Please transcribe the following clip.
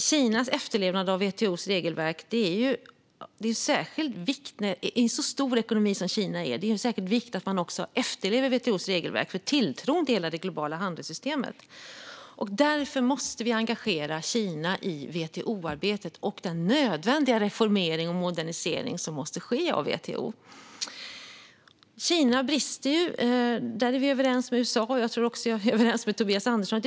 Kinas efterlevnad av WTO:s regelverk är av särskild vikt. När det gäller en så stor ekonomi som Kina är det för tilltron till hela det globala handelssystemet av särskild vikt att man också efterlever WTO:s regelverk. Därför måste vi engagera Kina i WTO-arbetet och den nödvändiga reformering och modernisering av WTO som måste ske. Kina brister. Där är vi överens med USA, och jag tror att jag också är överens med Tobias Andersson här.